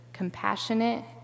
Compassionate